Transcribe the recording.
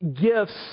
gifts